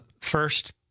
first